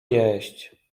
jeść